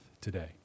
today